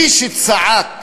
מי שצעק